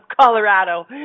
Colorado